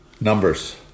Numbers